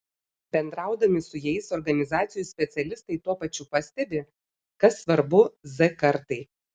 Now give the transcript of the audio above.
bendraudami su jais organizacijų specialistai tuo pačiu pastebi kas svarbu z kartai